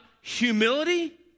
humility